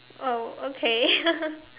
oh okay